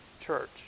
church